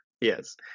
Yes